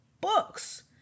books